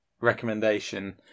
recommendation